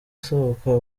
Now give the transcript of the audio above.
asohoka